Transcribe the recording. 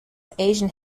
asian